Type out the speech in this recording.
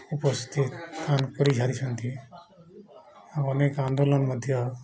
ଉପସ୍ଥିତ କାମ କରିସାରିଛନ୍ତି ଆଉ ଅନେକ ଆନ୍ଦୋଳନ ମଧ୍ୟ